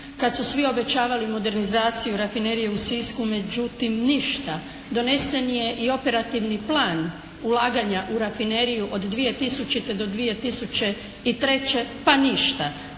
kad su svi obećavali modernizaciju Rafinerije u Sisku. Međutim, ništa. Donesen je i operativni plan ulaganja u rafineriju od 2000. do 2003. pa ništa.